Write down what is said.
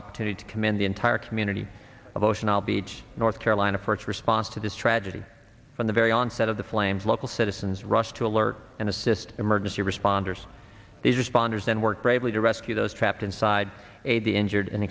opportunity to commend the entire community of ocean isle beach north carolina for its response to this tragedy from the very onset of the flames local citizens rushed to alert and assist emergency responders these responders then work bravely to rescue those trapped inside aid the injured and